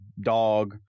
Dog